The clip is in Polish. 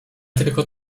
tylko